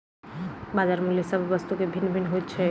बजार मूल्य सभ वस्तु के भिन्न भिन्न होइत छै